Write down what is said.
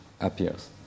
appears